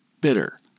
bitter